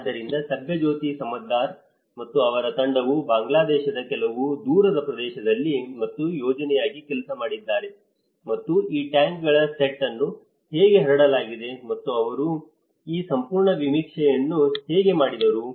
ಆದ್ದರಿಂದ ಸುಭಜ್ಯೋತಿ ಸಮದ್ದಾರ್ ಮತ್ತು ಅವರ ತಂಡವು ಬಾಂಗ್ಲಾದೇಶದ ಕೆಲವು ದೂರದ ಪ್ರದೇಶದಲ್ಲಿ ಒಂದು ಯೋಜನೆಯಾಗಿ ಕೆಲಸ ಮಾಡಿದ್ದಾರೆ ಮತ್ತು ಈ ಟ್ಯಾಂಕ್ಗಳ ಸೆಟ್ ಅನ್ನು ಹೇಗೆ ಹರಡಲಾಗಿದೆ ಮತ್ತು ಅವರು ಈ ಸಂಪೂರ್ಣ ಸಮೀಕ್ಷೆಯನ್ನು ಹೇಗೆ ಮಾಡಿದರು